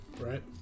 right